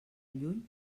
lluny